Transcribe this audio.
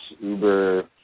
Uber